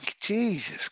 Jesus